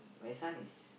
my son is